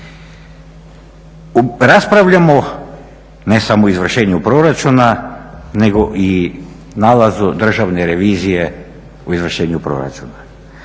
Raspravljamo ne samo o izvršenju proračuna nego i nalazu Državne revizije o izvršenju proračuna.